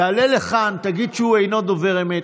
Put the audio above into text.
תעלה לכאן, תגיד שהוא אינו דובר אמת.